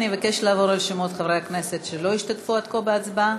אבקש לחזור של שמות חברי הכנסת שלא השתתפו עד כה בהצבעה.